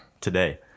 Today